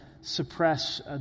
suppress